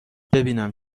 ببینم